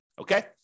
Okay